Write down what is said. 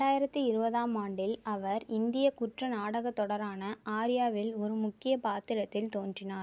ரெண்டாயிரத்தி இருபதாம் ஆண்டில் அவர் இந்திய குற்ற நாடகத் தொடரான ஆர்யாவில் ஒரு முக்கிய பாத்திரத்தில் தோன்றினார்